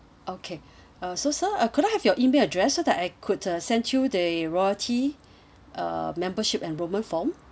okay uh so sir uh could I have your email address so that I could uh send you the royalty uh membership enrolment form